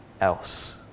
else